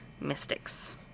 mystics